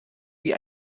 wie